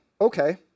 okay